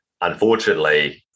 unfortunately